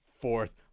fourth